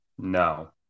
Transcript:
No